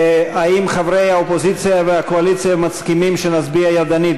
האם חברי האופוזיציה והקואליציה מסכימים שנצביע ידנית,